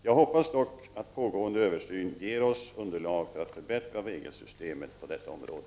Jag hoppas dock att pågående översyn ger oss underlag för att förbättra regelsystemet på detta område.